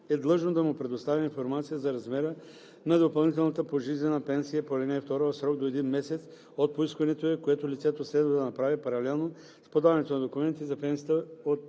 е длъжно да му предостави информация за размера на допълнителната пожизнена пенсия по ал. 2 в срок до един месец от поискването ѝ, което лицето следва да направи паралелно с подаването на документи за пенсия от